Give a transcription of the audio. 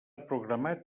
programat